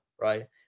right